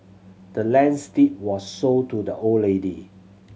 the land's deed was sold to the old lady